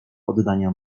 oddania